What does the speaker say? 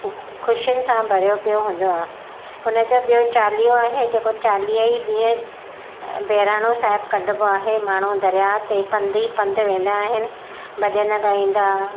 ख़ुशियुनि सां भरियो पियो हूंदो आहे हुनजा ॿियों चालीहो आहे जेको चालियई ॾींहं बहिराणो साहिब कढिबो आहे माण्हू दरिया ते पंध ई पंध वेंदा आहिनि भॼन ॻाईंदा